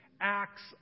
acts